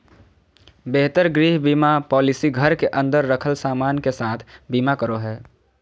बेहतर गृह बीमा पॉलिसी घर के अंदर रखल सामान के साथ बीमा करो हय